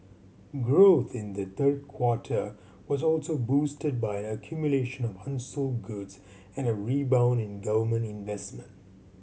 growth in the third quarter was also boosted by an accumulation of unsold goods and a rebound in government investment